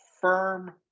firm